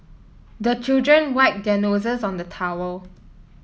the children wipe their noses on the towel